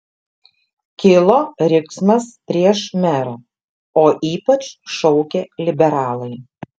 kilo riksmas prieš merą o ypač šaukė liberalai